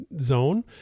zone